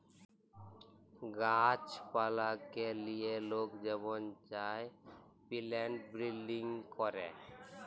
গাহাছ পালাকে লিয়ে লক যেমল চায় পিলেন্ট বিরডিং ক্যরে